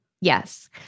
Yes